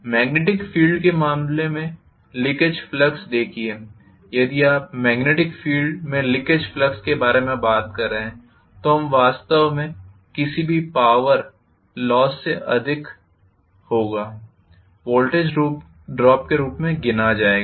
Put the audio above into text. magnetic field के मामले में लीकेज फ्लक्स देखिए यदि आप मेग्नेटिक फील्ड में लीकेज फ्लक्स के बारे में बात कर रहे हैं तो वह वास्तव में किसी भी पॉवर लॉस से अधिक वोल्टेज ड्रॉप के रूप में गिना जाएगा